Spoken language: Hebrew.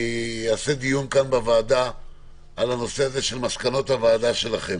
אני אעשה דיון כאן בוועדה על הנושא הזה של מסקנות הוועדה שלכם